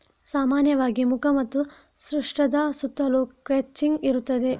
ಸಾಮಾನ್ಯವಾಗಿ ಮುಖ ಮತ್ತು ಪೃಷ್ಠದ ಸುತ್ತಲೂ ಕ್ರಚಿಂಗ್ ಇರುತ್ತದೆ